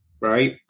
right